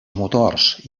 motors